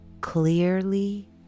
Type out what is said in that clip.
Clearly